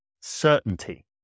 certainty